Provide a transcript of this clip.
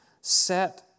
set